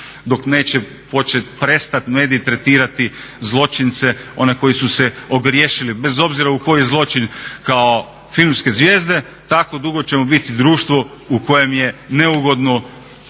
dok neće počet prestat mediji tretirati zločince one koji su se ogriješili bez obzira u koji zločin kao filmske zvijezde tako dugo ćemo biti društvo u kojem je neugodno